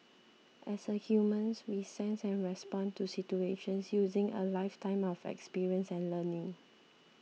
as humans we sense and respond to situations using a lifetime of experience and learning